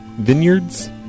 vineyards